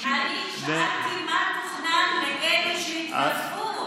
אני שאלתי מה תוכנן לאלה שהתווספו,